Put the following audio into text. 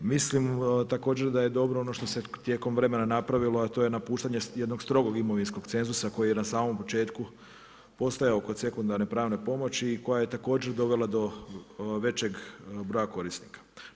Mislimo također da je dobro ono što se tijekom vremena napravilo, a to je napuštanje jednog strogog imovinskog cenzusa koji je na samom početku postojao oko sekundarne pravne pomoći koja je također dovela do većeg broja korisnika.